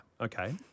Okay